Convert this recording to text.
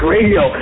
Radio